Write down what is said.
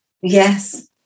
Yes